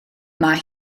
mae